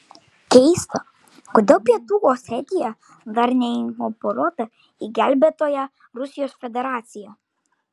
keista kodėl pietų osetija dar neinkorporuota į gelbėtoją rusijos federaciją